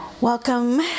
welcome